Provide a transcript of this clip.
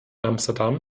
amsterdam